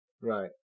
Right